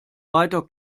weiter